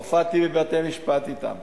הופעתי בבתי-משפט אתם